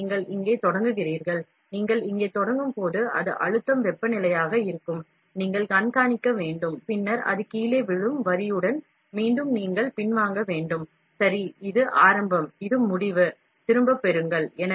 எனவே நீங்கள் இங்கே தொடங்குகிறீர்கள் நீங்கள் இங்கே தொடங்கும்போது அது அழுத்தம் வெப்பநிலையாக இருக்கும் நீங்கள் கண்காணிக்க வேண்டும் பின்னர் அது கீழே விழும் வரியுடன் மீண்டும் நீங்கள் பின்வாங்க வேண்டும் சரி இது ஆரம்பம் இது முடிவு திரும்பப் பெறுங்கள்